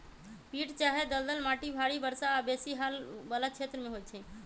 पीट चाहे दलदल माटि भारी वर्षा आऽ बेशी हाल वला क्षेत्रों में होइ छै